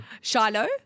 Shiloh